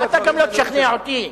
ואתה גם לא תשכנע אותי,